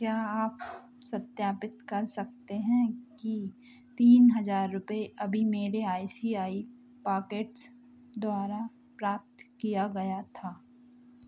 क्या आप सत्यापित कर सकते हैं कि तीन हजार रुपये अभी मेरे I C I C I Pockets द्वारा प्राप्त किया गया था